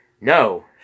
No